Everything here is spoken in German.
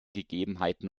gegebenheiten